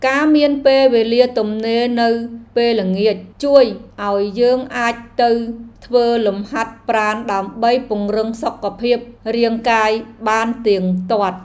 ការមានពេលវេលាទំនេរនៅពេលល្ងាច ជួយឱ្យយើងអាចទៅធ្វើលំហាត់ប្រាណដើម្បីពង្រឹងសុខភាពរាងកាយបានទៀងទាត់។